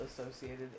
associated